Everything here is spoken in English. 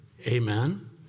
Amen